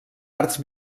arts